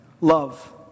love